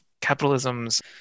capitalism's